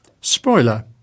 Spoiler